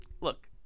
Look